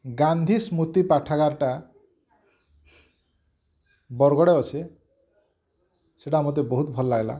ଗାନ୍ଧୀ ସ୍ମୃତି ପାଠାଗାରଟା ବରଗଡ଼େ ଅଛି ସେଇଟା ମୋତେ ବହୁତ୍ ଭଲ୍ ଲାଗ୍ଲା